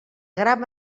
gram